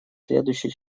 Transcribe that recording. следующий